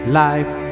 life